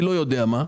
אני לא יודע מה.